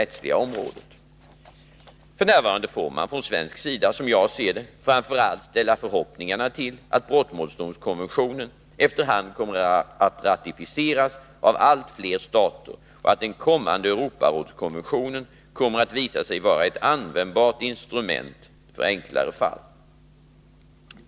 avtjänande av F.n. får man från svensk sida, som jag ser det, framför allt ställa fängelsestraff i förhoppningarna till att brottmålsdomskonventionen efter hand kommer att brottslingens hem ratificeras av allt fler stater och att den kommande Europarådskonventionen land kommer att visa sig vara ett användbart instrument för enklare fall.